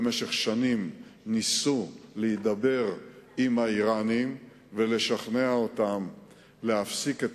במשך שנים ניסו להידבר עם האירנים ולשכנע אותם להפסיק את